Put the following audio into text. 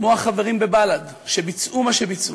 כמו החברים בבל"ד, שביצעו מה שביצעו,